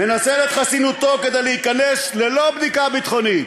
מנצל את חסינותו כדי להיכנס ללא בדיקה ביטחונית.